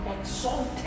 exalted